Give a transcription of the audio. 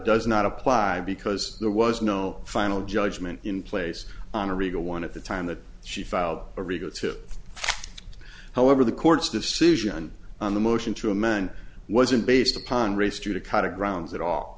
does not apply because there was no final judgment in place on a regal one at the time that she filed a regal tip however the court's decision on the motion to amend wasn't based upon race judicata grounds at all